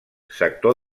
sector